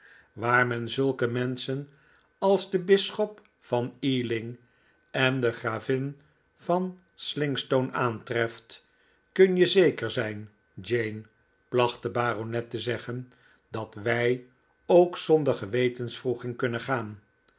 waar men zulke menschen als den bisschop van ealing en de gravin van slingstone aantreft kun je zeker zijn jane placht de baronet te zeggen dat wij ook zonder gewetenswroeging kunnen gaan